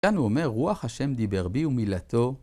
כאן הוא אומר רוח השם דיבר בי ומילתו.